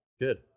good